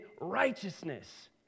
righteousness